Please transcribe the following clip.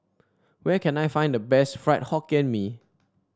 where can I find the best Fried Hokkien Mee